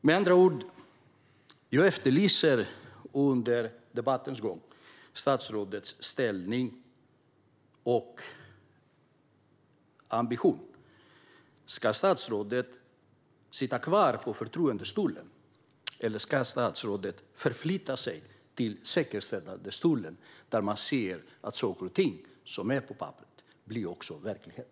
Med andra ord: Jag efterlyser under debattens gång statsrådets inställning och ambition. Ska statsrådet sitta kvar på förtroendestolen, eller ska statsrådet förflytta sig till säkerställandestolen, där man ser till att saker och ting som står på papperet blir verklighet?